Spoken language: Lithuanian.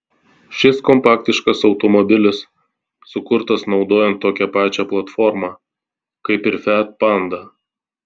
šis kompaktiškas automobilis sukurtas naudojant tokią pačią platformą kaip ir fiat panda